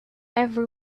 every